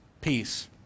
peace